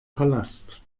palast